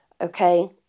Okay